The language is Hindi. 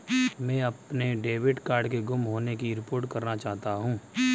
मैं अपने डेबिट कार्ड के गुम होने की रिपोर्ट करना चाहता हूँ